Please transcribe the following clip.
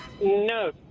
No